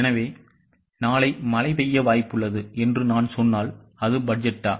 எனவே நாளை மழை பெய்ய வாய்ப்புள்ளது என்று நான் சொன்னால் அது பட்ஜெட்டா